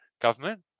government